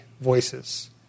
voices